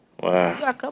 Wow